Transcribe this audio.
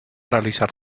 realizar